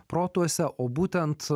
protuose o būtent